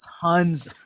tons